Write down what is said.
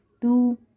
two